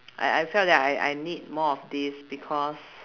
I I felt that I I need more of this because